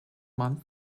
month